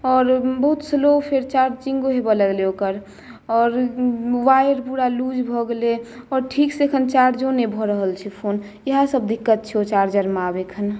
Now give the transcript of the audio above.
आओर बहुत स्लो फेर चार्जिंग होबय लगलै ओकर आओर वायर पूरा लूज भऽ गेलै आओर ठीकसँ एखन चार्जो नहि भऽ रहल छै फोन इएहसभ दिक्कत छै ओ चार्जरमे आब एखन